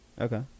Okay